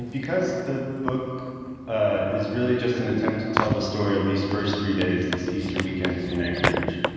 and because the book ah is really just an attempt to tell the story of these first three days this easter weekend in anchorage.